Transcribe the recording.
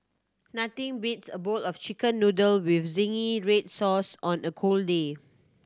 nothing beats a bowl of Chicken Noodle with zingy red sauce on a cold day